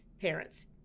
parents